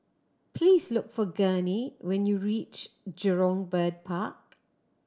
please look for Gurney when you reach Jurong Bird Park